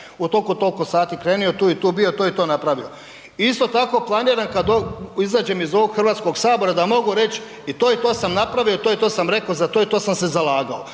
u toliko i toliko sati krenuo i tu i tu bio i to i to napravio. Isto tako planiram, kad izađem iz ovog HS-a da mogu reći i to i to sam napravio i to i to sam rekao i to i to sam se zalagao,